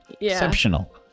exceptional